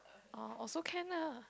orh also can lah